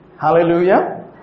Hallelujah